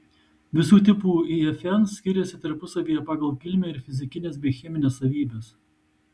visų tipų ifn skiriasi tarpusavyje pagal kilmę ir fizikines bei chemines savybes